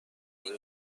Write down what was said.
میگه